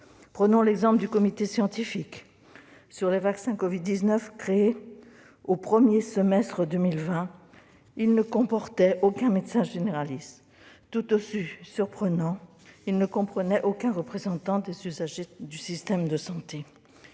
Prenons l'exemple du comité scientifique sur les vaccins covid-19, créé au premier semestre 2020 : il ne comportait alors aucun médecin généraliste et, de façon tout aussi surprenante, il ne comprenait aucun représentant des usagers du système de santé